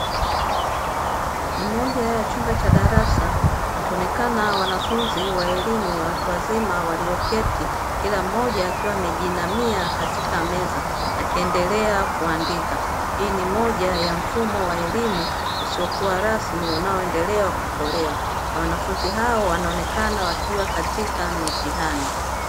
Ni moja ya chumba cha darasa wakionekana wanafunzi wa elimu ya watu wazima walioketi, kila mmoja akiwa amejiinamia katika meza akiendelea kuandika. Hii ni moja ya mfumo wa elimu usiokuwa rasmi unaoendelea kutolewa na wanafunzi wao wanaonekana wakiwa katika mitihani.